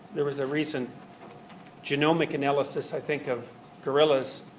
there was a recent genomic analysis, i think, of gorillas.